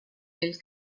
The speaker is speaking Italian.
nel